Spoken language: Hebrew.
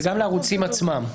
וגם לערוצים עצמם.